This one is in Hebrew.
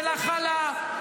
של הכלה,